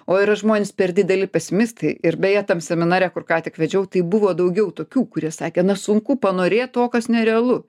o yra žmonės per dideli pesimistai ir beje tam seminare kur kątik vedžiau tai buvo daugiau tokių kurie sakė na sunku panorėt to kas nerealu